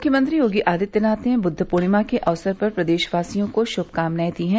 मुख्यमंत्री योगी आदित्यनाथ ने बुद्ध पूर्णिमा के अवसर पर प्रदेशवासियों को शुभकामनाए दी हैं